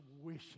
wishing